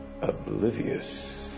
Oblivious